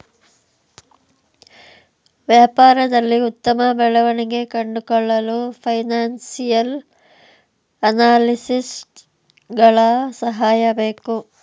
ವ್ಯಾಪಾರದಲ್ಲಿ ಉತ್ತಮ ಬೆಳವಣಿಗೆ ಕಂಡುಕೊಳ್ಳಲು ಫೈನಾನ್ಸಿಯಲ್ ಅನಾಲಿಸ್ಟ್ಸ್ ಗಳ ಸಹಾಯ ಬೇಕು